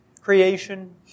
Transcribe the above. creation